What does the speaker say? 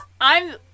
I'm-